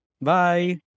Bye